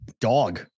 dog